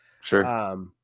Sure